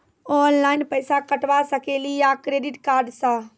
Online पैसा कटवा सकेली का क्रेडिट कार्ड सा?